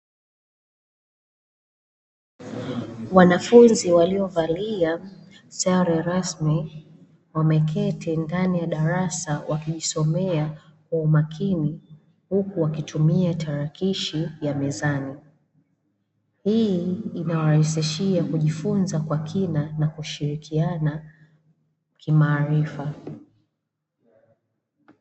Wanafunzi waliovalia sare rasmi wameketi ndani ya darasa wakijisomea kwa umakini huku wakitumia tarakishi ya mezani, hii inawarahisishia kujifunza kwa kina nakushirikiana kimaarifa.